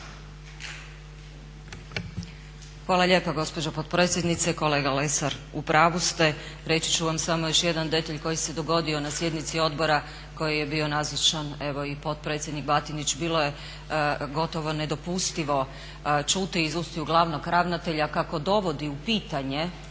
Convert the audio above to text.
Hvala lijepa gospođo potpredsjednice. Kolega Lesar, u pravu ste, reći ću vam samo još jedan detalj koji se dogodio na sjednici Odbora kojoj je bio nazočan evo i potpredsjednik Batnić, bilo je gotovo nedopustivo čuti iz ustiju glavnog ravnatelja kako dovodi u pitanje